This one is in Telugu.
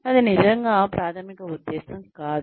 అది నిజంగా ప్రాథమిక ఉద్దేశ్యం కాదు